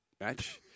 match